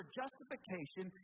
justification